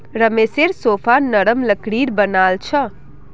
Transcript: रमेशेर सोफा नरम लकड़ीर बनाल छ